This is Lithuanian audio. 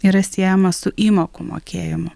yra siejama su įmokų mokėjimu